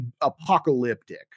apocalyptic